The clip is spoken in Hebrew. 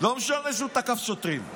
לא משנה שהוא תקף שוטרים.